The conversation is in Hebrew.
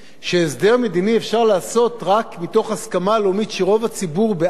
שהסדר מדיני אפשר לעשות רק מתוך הסכמה לאומית שרוב הציבור בעד,